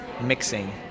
mixing